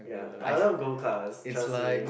ya I love gold class trust me